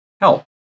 help